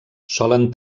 solen